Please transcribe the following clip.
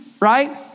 right